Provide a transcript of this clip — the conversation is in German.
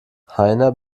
heiner